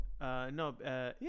No